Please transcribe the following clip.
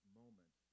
moment